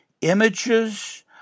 images